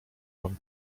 wam